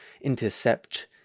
intercept